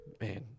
Man